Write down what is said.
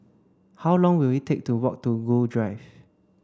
how long will it take to walk to Gul Drive